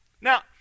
Now